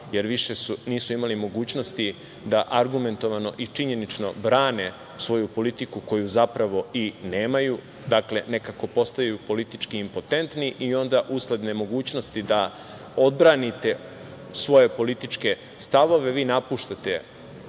jer više nisu imali mogućnosti da argumentovano i činjenično brane svoju politiku koju zapravo i nemaju. Dakle, nekako, postaju politički impotentni i onda usled nemogućnosti da odbranite svoje političke stavove, vi napuštate